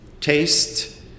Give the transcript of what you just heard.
taste